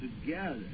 together